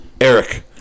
Eric